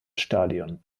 stadion